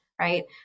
Right